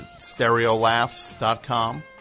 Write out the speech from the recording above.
stereolaughs.com